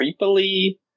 creepily